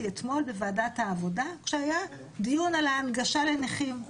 אתמול בוועדת העבודה כשהיה דיון על ההנגשה לנכים.